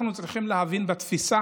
אנחנו צריכים להבין בתפיסה